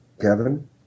Kevin